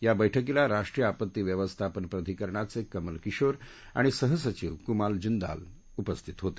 या बैठकीला राष्ट्रीय आपत्ती व्यवस्थापन प्रधिकरणाचे कमल किशोर आणि सहसचिव कुमार जिंदाल उपस्थित होते